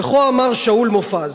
וכה אמר שאול מופז,